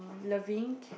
loving